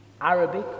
Arabic